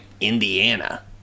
Indiana